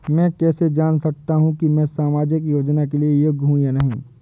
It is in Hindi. मैं कैसे जान सकता हूँ कि मैं सामाजिक योजना के लिए योग्य हूँ या नहीं?